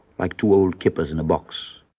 like two old kippers in a box.